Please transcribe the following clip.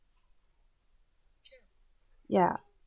ya